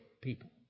people